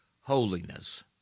holiness